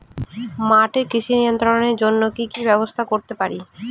মাটির কৃমি নিয়ন্ত্রণের জন্য কি কি ব্যবস্থা গ্রহণ করতে পারি?